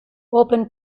open